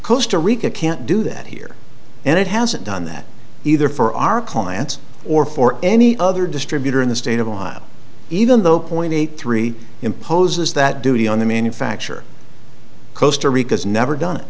coasta rica can't do that here and it hasn't done that either for our clients or for any other distributor in the state of ohio even though point eight three imposes that duty on the manufacture kosta rica's never done